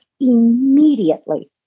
immediately